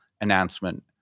announcement